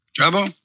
Trouble